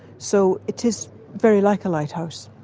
so it is very like a lighthouse.